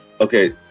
okay